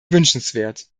wünschenswert